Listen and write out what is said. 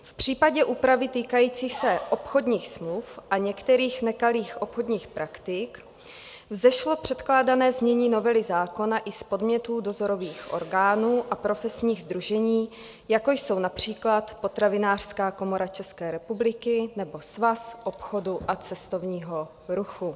V případě úpravy týkající se obchodních smluv a některých nekalých obchodních praktik vzešlo předkládané znění novely zákona i z podnětů dozorových orgánů a profesních sdružení, jako jsou například Potravinářská komora České republiky nebo Svaz obchodu a cestovního ruchu.